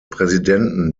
präsidenten